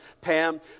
Pam